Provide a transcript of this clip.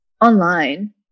Online